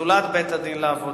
זולת בית-הדין לעבודה.